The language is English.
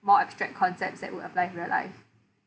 more abstract concepts that we apply in real life